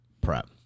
prep